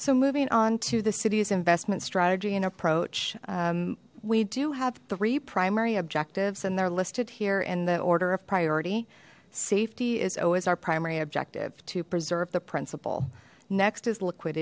so moving on to the city's investment strategy and approach we do have three primary objectives and they're listed here in the order of priority safety is always our primary objective to preserve the principle next is liquid